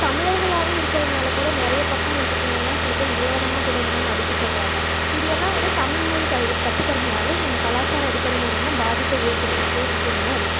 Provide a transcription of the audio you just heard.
தமிழர்களாகவே இருக்குறதுனால கூட நிறைய பக்கம் வந்துவிட்டு என்னென்னா சில பேர் ஏளனமாக கூட என்னென்னா மதிக்கபடுறாங்க இது எல்லாம் வந்து தமிழ் மொழி கற்றுக்குறதுனால இது நம்ப கலாச்சார அடிப்படையில் வந்துவிட்டு நம்ப பாதிப்பை ஏற்படுத்திக்கிட்டே வந்துவிட்டு என்னனா இருக்கு